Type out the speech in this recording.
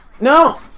No